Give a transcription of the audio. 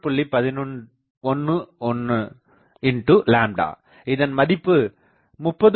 11 இதன் மதிப்பு30